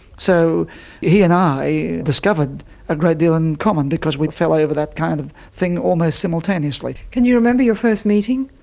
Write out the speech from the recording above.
so he and i discovered a great deal in common because we fell over that kind of thing almost simultaneously. can you remember your first meeting?